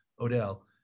Odell